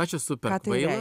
aš esu per kvailas